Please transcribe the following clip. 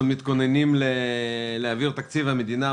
אנחנו מתכוננים להעביר את תקציב המדינה,